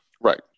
right